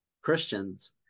Christians